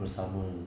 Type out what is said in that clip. bersama